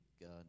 God